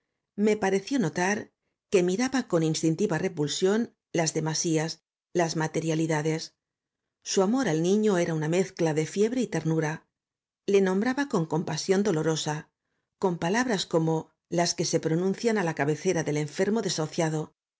me pareció notar que miraba con instintiva repulsión las demasías las materialidades su amor al niño era una mezcla de fiebre y ternura le nombraba con compasión dolorosa con palabras como las que se pronuncian á la cabecera del enfermo desahuciado